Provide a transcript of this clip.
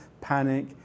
panic